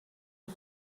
und